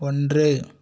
ஒன்று